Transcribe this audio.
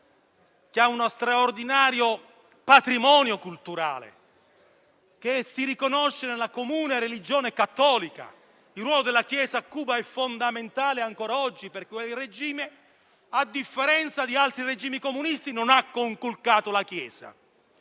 uno straordinario patrimonio culturale e che si riconosce nella comune religione cattolica. Il ruolo della Chiesa a Cuba è fondamentale ancora oggi perché quel regime, a differenza di altri regimi comunisti, non ha conculcato la Chiesa.